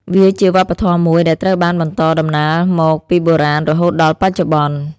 វាជាវប្បធម៌មួយដែលត្រូវបានបន្តដំណាលមកពីបុរាណរហូតដល់បច្ចុប្បន្ន។